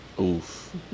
oof